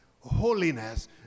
Holiness